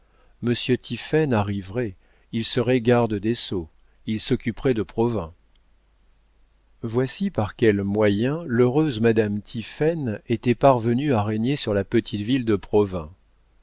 monsieur tiphaine arriverait il serait garde des sceaux il s'occuperait de provins voici par quels moyens l'heureuse madame tiphaine était parvenue à régner sur la petite ville de provins